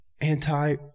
anti